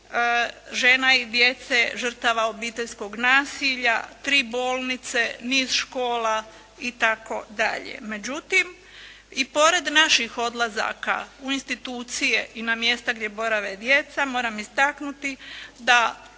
žena i djece žrtava obiteljskog nasilja, 3 bolnice, niz škola itd. Međutim, i pored naših odlazaka u institucije i na mjesta gdje borave djeca, moram istaknuti da